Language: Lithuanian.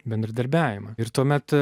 bendradarbiavimą ir tuomet